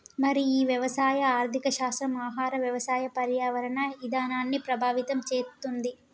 మరి ఈ వ్యవసాయ ఆర్థిక శాస్త్రం ఆహార వ్యవసాయ పర్యావరణ ఇధానాన్ని ప్రభావితం చేతుంది